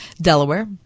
Delaware